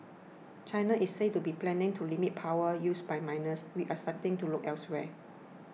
China is said to be planning to limit power use by miners which are starting to look elsewhere